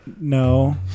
No